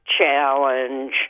challenge